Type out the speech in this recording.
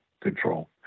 control